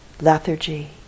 lethargy